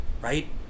right